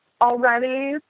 already